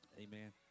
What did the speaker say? Amen